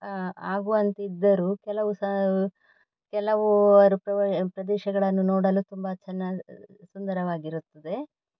ಆಗುವಂತಿದ್ದರು ಕೆಲವು ಸಹ ಕೆಲವಾರು ಪ್ರದೇಶಗಳನ್ನು ನೋಡಲು ತುಂಬ ಚೆನ್ನ ಸುಂದರವಾಗಿರುತ್ತದೆ